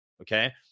Okay